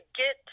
get